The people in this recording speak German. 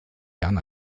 jahren